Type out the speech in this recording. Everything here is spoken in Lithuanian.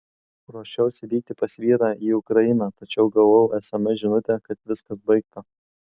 ruošiausi vykti pas vyrą į ukrainą tačiau gavau sms žinutę kad viskas baigta